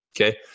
okay